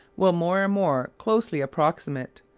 will more and more closely approximate,